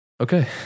Okay